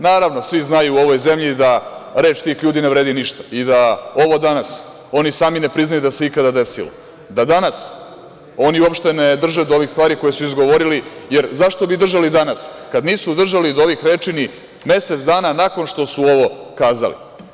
Naravno, svi znaju u ovoj zemlji da reč tih ljudi ne vredi ništa i da ovo danas oni sami ne priznaju da se ikada desilo, da danas oni uopšte ne drže do ovih stvari koje su izgovorili, jer zašto bi držali danas, kada nisu držali do ovih reči ni mesec dna nakon što su ovo kazali?